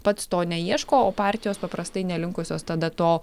pats to neieško o partijos paprastai nelinkusios tada to